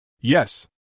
Yes